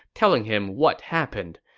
telling him what happened.